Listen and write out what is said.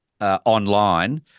online